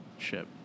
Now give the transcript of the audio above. Ship